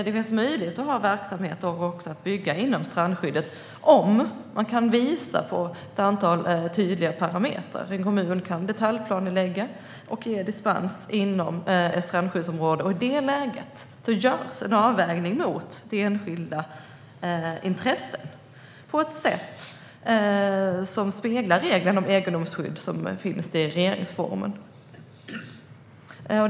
Det finns möjlighet att ha verksamhet och att bygga inom ett strandskyddsområde om man kan visa på ett antal tydliga parametrar. En kommun kan detaljplanelägga och ge dispens inom ett strandskyddsområde. I det läget görs en avvägning mot enskilda intressen på ett sätt som speglar regeln om egendomsskydd, som finns i regeringsformen.